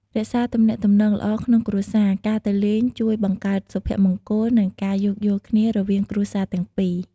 រក្សាទំនាក់ទំនងល្អក្នុងគ្រួសារ ការទៅលេងជួយបង្កើតសុភមង្គល និងការយោគយល់គ្នារវាងគ្រួសារទាំងពីរ។